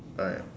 alright